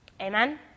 Amen